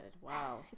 Wow